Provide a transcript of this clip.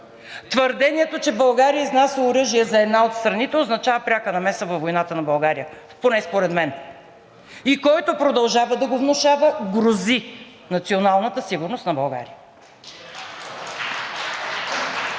Твърдението, че България изнася оръжие за една от страните, означава пряка намеса във войната на България, поне според мен. И който продължава да го внушава, грози националната сигурност на България.